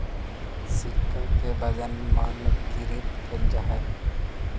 सिक्का के वजन मानकीकृत कैल जा हई